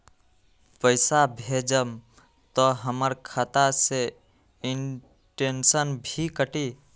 पैसा भेजम त हमर खाता से इनटेशट भी कटी?